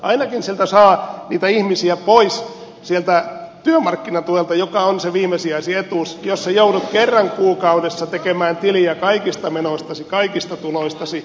ainakin sillä saa niitä ihmisiä pois sieltä toimeentulotuelta joka on se viimesijaisin etuus jota varten joudut kerran kuukaudessa tekemään tiliä kaikista menoistasi kaikista tuloistasi